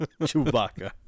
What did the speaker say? Chewbacca